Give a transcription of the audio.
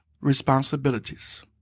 responsibilities